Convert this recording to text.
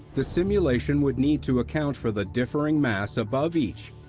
the simulation would need to account for the differing mass above each.